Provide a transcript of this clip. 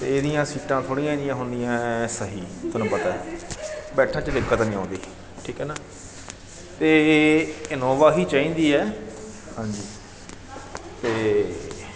ਅਤੇ ਇਹਦੀਆਂ ਸੀਟਾਂ ਥੋੜ੍ਹੀਆਂ ਜਿਹੀਆਂ ਹੁੰਦੀਆਂ ਹੈ ਸਹੀ ਤੁਹਾਨੂੰ ਪਤਾ ਹੈ ਬੈਠਣ 'ਚ ਦਿੱਕਤ ਨਹੀਂ ਆਉਂਦੀ ਠੀਕ ਹੈ ਨਾ ਅਤੇ ਇਨੋਵਾ ਹੀ ਚਾਹੀਦੀ ਹੈ ਹਾਂਜੀ ਅਤੇ